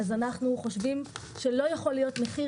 אנחנו חושבים שלא יכול להיות מחיר